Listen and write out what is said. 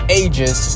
ages